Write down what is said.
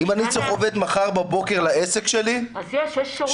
אם אני צריך עובד מחר בבוקר לעסק שלי --- אז יש את שירות התעסוקה.